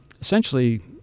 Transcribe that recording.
essentially